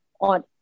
on